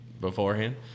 beforehand